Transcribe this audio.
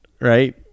right